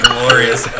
glorious